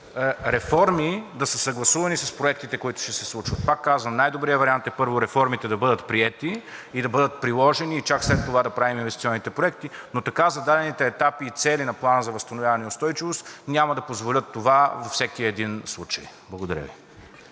реформи да са съгласувани с проектите, които ще се случват. Пак казвам, най-добрият вариант е първо реформите да бъдат приети и да бъдат приложени и чак след това да правим инвестиционните проекти, но така зададените етапи и цели на Плана за възстановяване и устойчивост няма да позволят това във всеки един случай. Благодаря Ви.